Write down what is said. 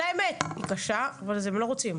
זאת האמת, והיא קשה, אבל הם לא רוצים.